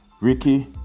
ricky